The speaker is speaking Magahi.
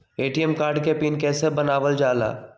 ए.टी.एम कार्ड के पिन कैसे बनावल जाला?